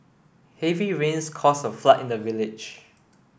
heavy rains cause a flood in the village